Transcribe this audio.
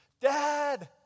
Dad